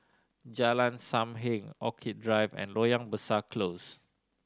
Jalan Sam Heng Orchid Drive and Loyang Besar Close